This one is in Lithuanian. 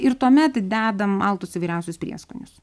ir tuomet dedam maltus įvairiausius prieskonius